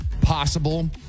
Possible